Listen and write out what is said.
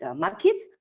ah market.